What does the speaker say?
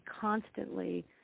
constantly